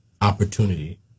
opportunity